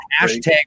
Hashtag